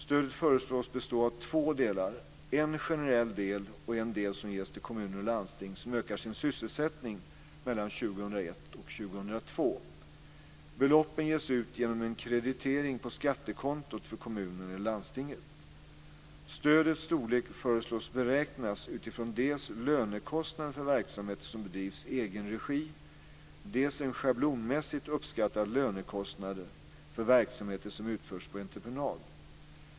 Stödet föreslås bestå av två delar: en generell del och en del som ges till kommuner och landsting som ökar sin sysselsättning mellan 2001 och 2002. Beloppen ges ut genom en kreditering på skattekontot för kommunen eller landstinget. Stödets storlek föreslås beräknas utifrån dels lönekostnaden för verksamheter som bedrivs i egen regi, dels en schablonmässigt uppskattad lönekostnad för verksamheter som utförs på entreprenad.